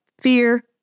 fear